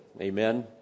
amen